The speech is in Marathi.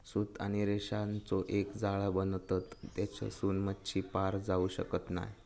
सूत आणि रेशांचो एक जाळा बनवतत तेच्यासून मच्छी पार जाऊ शकना नाय